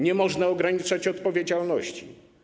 Nie można ograniczać odpowiedzialności.